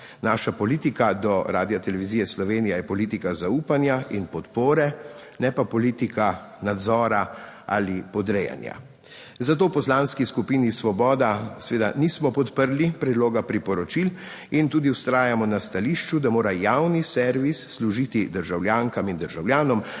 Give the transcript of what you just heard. Naša politika do Radiotelevizije Slovenija je politika zaupanja in podpore ne pa politika nadzora ali podrejanja. Zato v Poslanski skupini Svoboda seveda nismo podprli predloga priporočil in tudi vztrajamo na stališču, da mora javni servis služiti državljankam in državljanom